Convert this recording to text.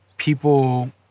people